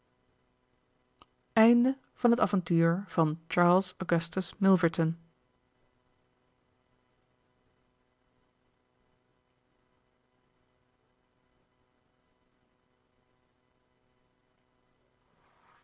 avontuur van charles augustus milverton